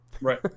Right